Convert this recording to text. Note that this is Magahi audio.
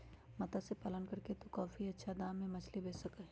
मत्स्य पालन करके तू काफी अच्छा दाम में मछली बेच सका ही